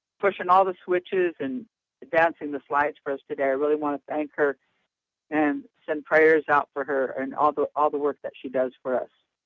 pushing all the switches and advancing the slides for us today. i really want to thank her and send prayers out for her and all the all the work that she does for us.